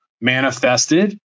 manifested